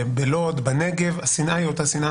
בלוד, בנגב, השנאה היא אותה שנאה.